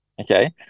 Okay